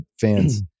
fans